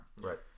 right